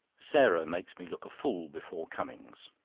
sarah makes me look a fool before cummings